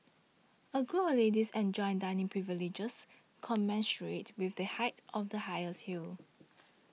a group of ladies enjoys dining privileges commensurate with the height of the highest heel